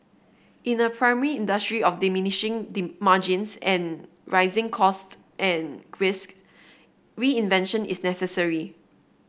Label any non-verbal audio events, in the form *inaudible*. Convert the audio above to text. in a primary industry of diminishing *unintelligible* margins and rising costs and risks reinvention is necessary